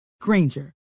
Granger